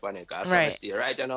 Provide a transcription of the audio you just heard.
Right